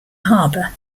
harbour